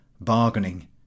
bargaining